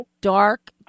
dark